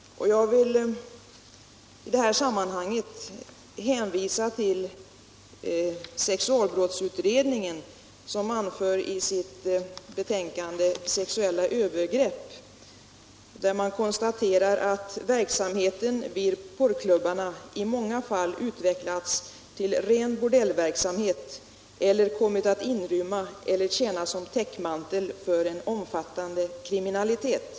Jag vill i det sammanhanget hänvisa till sexualbrottsutredningen, som i sitt betän i många fall utvecklats till ren bordellverksamhet och kommit att in Om skattekontrol rymma eller tjäna som täckmantel för en omfattande kriminalitet.